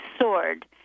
sword